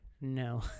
No